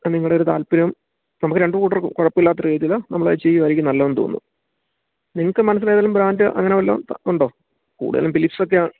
നിങ്ങളുടെയൊരു താൽപര്യം നമുക്ക് രണ്ടു കൂട്ടർക്കും കുഴപ്പമില്ലാത്ത രീതിയില് നമ്മൾ അതു ചെയ്യുകയായിരിക്കും നല്ലതെന്ന് തോന്നുന്നു നിങ്ങള്ക്ക് മനസിൽ ഏതേലും ബ്രാൻഡ് അങ്ങനെ വല്ലതും ഉണ്ടോ കൂടുതൽ ഫിലിപ്സൊക്കെയാണ്